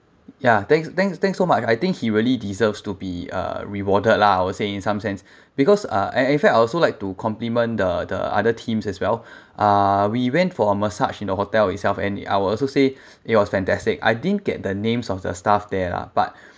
ya thanks thanks thanks so much I think he really deserves to be uh rewarded lah I would say in some sense because uh and in fact I also like to compliment the the other teams as well uh we went for a massage in the hotel itself and I would also say it was fantastic I didn't get the names of the staff there ah but